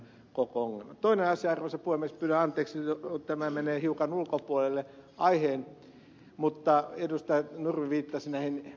toinen asia arvoisa puhemies pyydän anteeksi tämä menee hiukan ulkopuolelle aiheen mutta ed